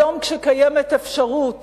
היום, כשקיימת אפשרות